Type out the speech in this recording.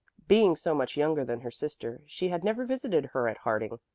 being so much younger than her sister, she had never visited her at harding,